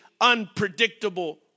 unpredictable